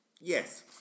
Yes